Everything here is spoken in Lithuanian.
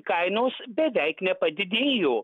kainos beveik nepadidėjo